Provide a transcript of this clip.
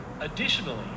Additionally